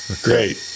great